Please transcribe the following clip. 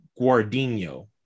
guardino